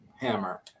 Hammer